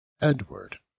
Edward